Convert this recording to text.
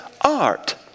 art